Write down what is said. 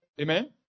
Amen